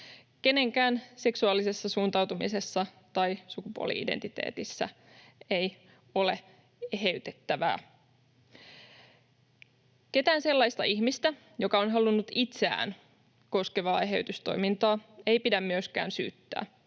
kenenkään seksuaalisessa suuntautumisessa tai sukupuoli-identiteetissä ei ole eheytettävää. Ketään sellaista ihmistä, joka on halunnut itseään koskevaa eheytystoimintaa, ei pidä myöskään syyttää.